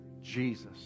Jesus